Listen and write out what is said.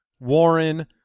Warren